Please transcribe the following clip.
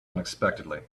unexpectedly